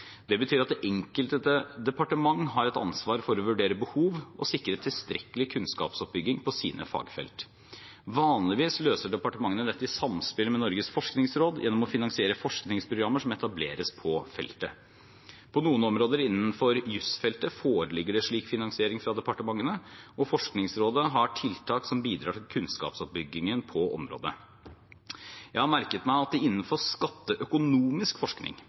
Det betyr at det enkelte departement har et ansvar for å vurdere behov og sikre tilstrekkelig kunnskapsoppbygging på sine fagfelt. Vanligvis løser departementene dette i samspill med Norges forskningsråd gjennom å finansiere forskningsprogrammer som etableres på feltet. På noen områder innenfor jusfeltet foreligger det slik finansiering fra departementene, og Forskningsrådet har tiltak som bidrar til kunnskapsoppbyggingen på området. Jeg har merket meg at det innenfor skatteøkonomisk forskning